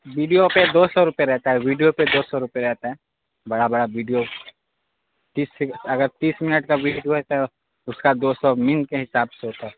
video پہ دو سو روپئے رہتا ہے ویڈیو پہ دو سو روپئے رہتا ہے بڑا بڑا بیڈیو تیس اگر تیس منٹ کا بیڈیو ہے تو اس کا دو سو منٹ کے حساب سے ہوتا ہے